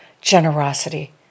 generosity